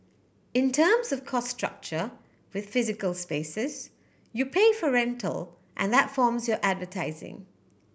in terms of cost structure with physical spaces you pay for rental and that forms your advertising